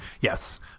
Yes